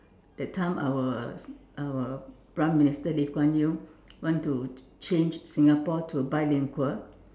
that time our our prime minister Lee-Kuan-Yew want to change Singapore to a bilingual